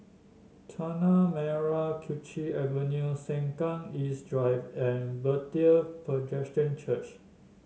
Tanah Merah Kechil Avenue Sengkang East Drive and Bethel Presbyterian Church